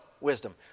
wisdom